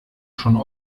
schon